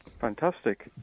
Fantastic